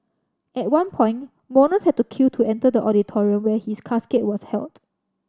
at one point mourners had to queue to enter the auditorium where his casket was held